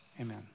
Amen